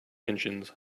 engines